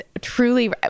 truly